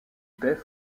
baies